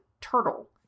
Turtle